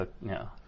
no